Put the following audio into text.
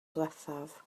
ddiwethaf